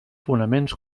fonaments